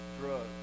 Drugs